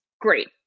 great